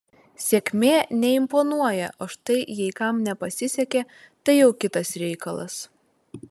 sėkmė neimponuoja o štai jei kam nepasisekė tai jau kitas reikalas